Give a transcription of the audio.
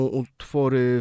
utwory